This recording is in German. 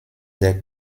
der